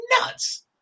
nuts